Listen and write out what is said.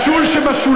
על השול שבשוליים,